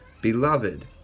Beloved